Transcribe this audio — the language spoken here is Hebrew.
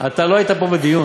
אתה לא היית פה בדיון,